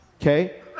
Okay